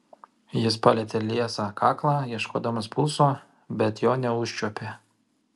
jis palietė liesą kaklą ieškodamas pulso bet jo neužčiuopė